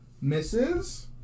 Misses